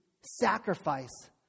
sacrifice